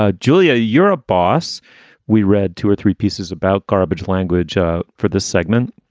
ah julia europe, boss we read two or three pieces about garbage language for this segment.